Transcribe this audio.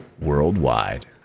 worldwide